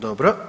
Dobro.